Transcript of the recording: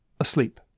asleep